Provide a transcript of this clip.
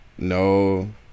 No